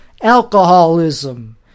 alcoholism